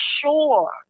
sure